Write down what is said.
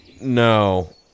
No